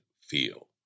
feel